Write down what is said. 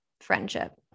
friendship